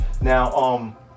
Now